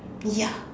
ya